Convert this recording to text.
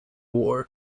war